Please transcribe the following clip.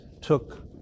took